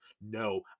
No